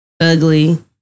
ugly